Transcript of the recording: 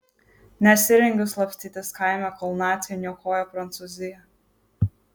nesirengiu slapstytis kaime kol naciai niokoja prancūziją